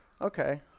Okay